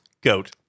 goat